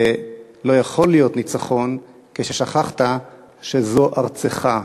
ולא יכול להיות ניצחון כששכחת שזו ארצך.